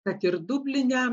kad ir dubline